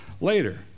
later